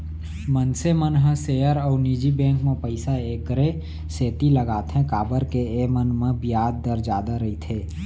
मनसे मन ह सेयर अउ निजी बेंक म पइसा एकरे सेती लगाथें काबर के एमन म बियाज दर जादा रइथे